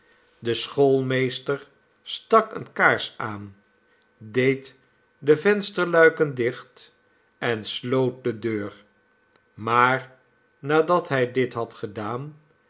de schoolmeester stak eene kaars aan deed de vensterluiken dicht en sloot de deur maar nadat hij dit had gedaan